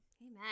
amen